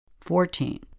Fourteen